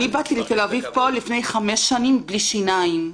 אני באתי לתל-אביב לפני חמש שנים בלי שיניים.